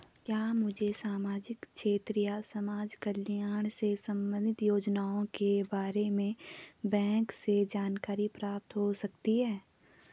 क्या मुझे सामाजिक क्षेत्र या समाजकल्याण से संबंधित योजनाओं के बारे में बैंक से जानकारी प्राप्त हो सकती है?